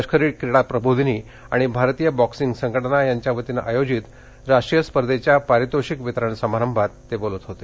लष्करी क्रीड़ा प्रबोधिनी आणि भारतीय बॅक्सिंग संघटना यांच्या वतीनं आयोजित राष्ट्रीय स्पर्धेच्या पारितोषिक वितरण समारंभत ते बोलत होते